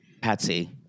patsy